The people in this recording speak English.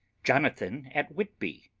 jonathan at whitby.